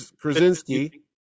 Krasinski